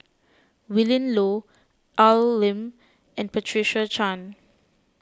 Willin Low Al Lim and Patricia Chan